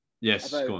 yes